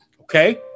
okay